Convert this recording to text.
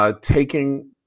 taking